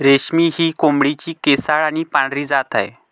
रेशमी ही कोंबडीची केसाळ आणि पांढरी जात आहे